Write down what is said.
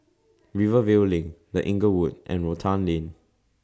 Rivervale LINK The Inglewood and Rotan Lane